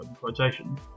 quotation